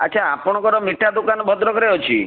ଆଚ୍ଛା ଆପଣଙ୍କର ମିଠା ଦୋକାନ ଭଦ୍ରକରେ ଅଛି